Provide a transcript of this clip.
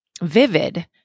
vivid